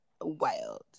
wild